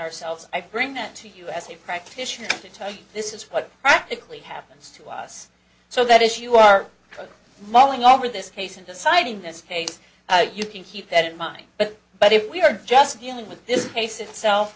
ourselves i bring that to you as a practitioner to tell you this is what practically happens to us so that is you are mulling over this case and deciding this case you can keep that in mind but but if we are just dealing with this case itself